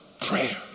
prayer